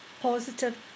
positive